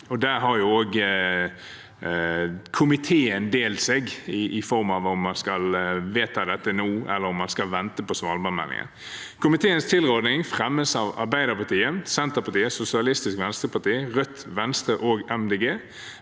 vedta dette nå, eller om man skal vente på svalbardmeldingen. Komiteens tilråding fremmes av Arbeiderpartiet, Senterpartiet, Sosialistisk Venstreparti, Rødt, Venstre og